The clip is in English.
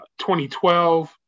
2012